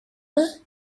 vais